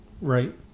Right